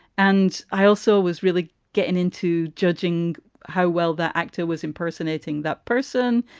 and i also was really getting into judging how well the actor was impersonating that person.